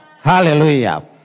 Hallelujah